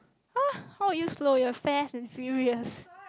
!huh! how are you slow you're fast and furious